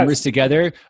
together